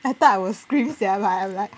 I thought I will scream sia but I'm like